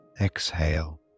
Exhale